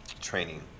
training